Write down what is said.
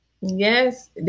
Yes